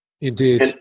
Indeed